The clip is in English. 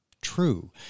true